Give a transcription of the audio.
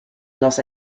los